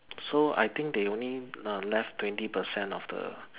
so I think they only uh left twenty percent of the